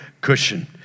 cushion